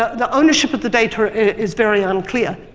the ownership of the data is very unclear.